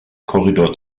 korridor